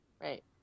Right